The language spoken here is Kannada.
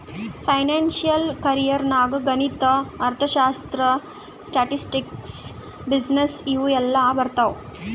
ಫೈನಾನ್ಸಿಯಲ್ ಕೆರಿಯರ್ ನಾಗ್ ಗಣಿತ, ಅರ್ಥಶಾಸ್ತ್ರ, ಸ್ಟ್ಯಾಟಿಸ್ಟಿಕ್ಸ್, ಬಿಸಿನ್ನೆಸ್ ಇವು ಎಲ್ಲಾ ಬರ್ತಾವ್